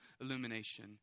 illumination